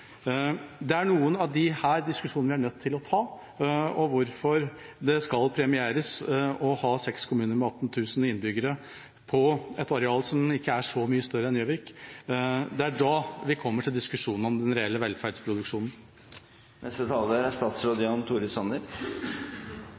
Noen av disse diskusjonene er vi nødt til å ta – hvorfor det skal premieres å ha seks kommuner med 18 000 innbyggere på et areal som ikke er så mye større enn Gjøvik. Det er da vi kommer til diskusjonen om den reelle